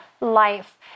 life